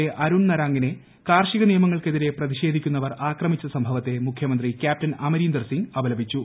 A Arun നരാങിനെ കാർഷിക നിയമങ്ങൾക്കെതിരെ പ്രതിഷേധിക്കുന്നവർ ആക്രമിച്ച സംഭവത്തെ മുഖ്യമന്ത്രി ക്യാപ്റ്റൻ അമരീന്ദർ സിംഗ് അപലപിച്ചു